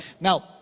Now